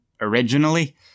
originally